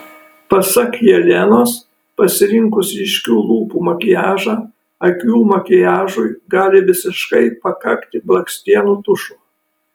pasak jelenos pasirinkus ryškių lūpų makiažą akių makiažui gali visiškai pakakti blakstienų tušo